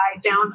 down